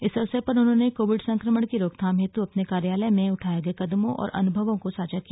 इस अवसर पर उन्होंने कोविड संक्रमण की रोकथाम हेतु अपने कार्यकाल में उठाए गए कदमों और अनुभवो को साझा किया